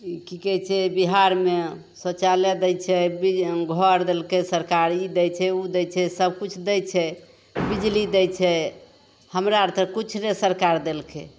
कि कहै छै बिहारमे शौचालय दै छै बि घर देलकै सरकार ई दै छै ओ दै छै सबकिछु दै छै बिजली दै छै हमरा आओर तऽ किछु नहि सरकार देलकै